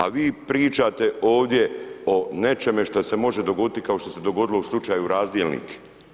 A vi pričate ovdje o nečemu što se može dogoditi kao što se dogodilo u slučaju „Razdjelnik“